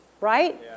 Right